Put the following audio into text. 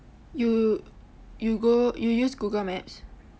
you you go you use Google maps